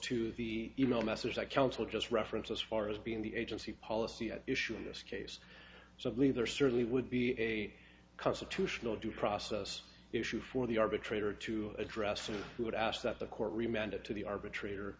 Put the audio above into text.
to the e mail messages i counsel just reference as far as being the agency policy at issue in this case so i believe there certainly would be a constitutional due process issue for the arbitrator to address and we would ask that the court remanded to the arbitrator